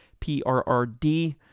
PRRD